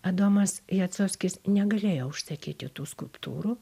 adomas jacovskis negalėjo užsakyti tų skulptūrų